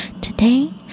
today